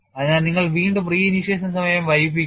അതിനാൽ നിങ്ങൾ വീണ്ടും re initiation സമയം വൈകിപ്പിക്കുന്നു